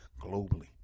globally